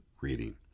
reading